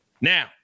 Now